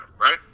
right